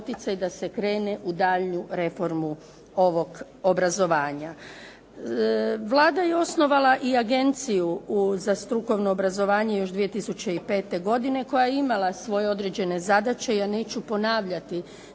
da se krene u daljnju reformu ovog obrazovanja. Vlada je osnovala i Agenciju za strukovno obrazovanje još 2005. godine koja je imala svoje određene zadaće. Ja neću ponavljati